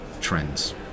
trends